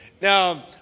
Now